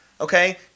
okay